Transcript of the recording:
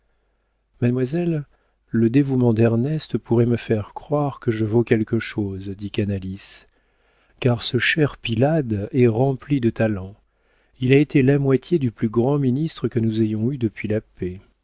mademoiselle le dévouement d'ernest pourrait me faire croire que je vaux quelque chose dit canalis car ce cher pylade est rempli de talent il a été la moitié du plus grand ministre que nous ayons eu depuis la paix